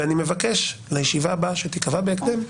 ואני מבקש לישיבה הבאה שתקבע בהקדם,